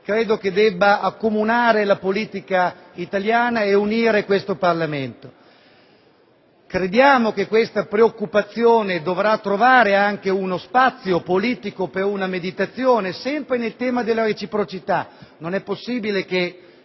mondo deve accomunare la politica italiana e unire questo Parlamento. Crediamo che tale preoccupazione dovrà trovare lo spazio politico per una meditazione sul tema della reciprocità: non è possibile che